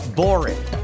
boring